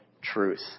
truth